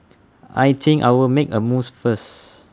I think I will make A mousse first